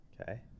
Okay